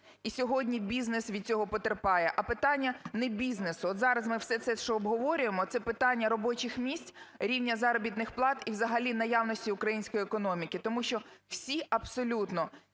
І сьогодні бізнес від цього потерпає. А питання не бізнесу. От зараз ми все це, що обговорюємо, це питання робочих місць, рівня заробітних плат і взагалі наявності української економіки, тому що всі абсолютно